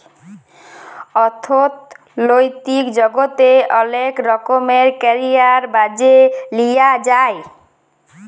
অথ্থলৈতিক জগতে অলেক রকমের ক্যারিয়ার বাছে লিঁয়া যায়